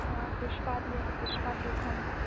অ পুষ্পা দি আছে পুষ্পা টুখন